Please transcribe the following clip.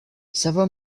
several